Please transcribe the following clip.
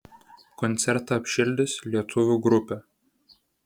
koncertą apšildys lietuvių grupė